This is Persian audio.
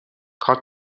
کارت